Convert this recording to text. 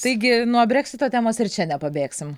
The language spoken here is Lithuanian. taigi nuo breksito temos ir čia nepabėgsim